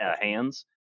hands